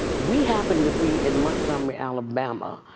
we happened to be in montgomery, alabama,